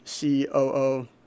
COO